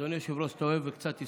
אדוני היושב-ראש, אתה אוהב היסטוריה.